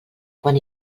quan